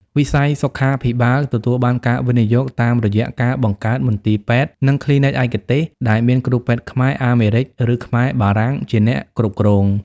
វិស័យសុខាភិបាលទទួលបានការវិនិយោគតាមរយៈការបង្កើតមន្ទីរពេទ្យ និងគ្លីនិកឯកទេស ដែលមានគ្រូពេទ្យខ្មែរ-អាមេរិក ឬខ្មែរ-បារាំង ជាអ្នកគ្រប់គ្រង។